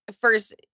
first